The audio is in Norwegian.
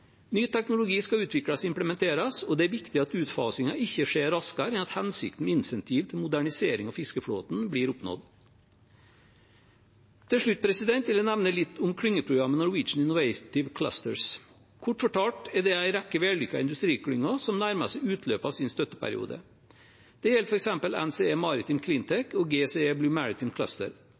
Ny teknologi skal utvikles og implementeres, og det er viktig at utfasingen ikke skjer raskere enn at hensikten med insentiv til modernisering av fiskeflåten blir oppnådd. Til slutt vil jeg nevne litt om klyngeprogrammet Norwegian Innovative Clusters. Kort fortalt er det en rekke vellykkede industriklynger som nærmer seg utløpet av sin støtteperiode. Det gjelder f.eks. NCE Maritime CleanTech og GCE Blue Maritime Cluster.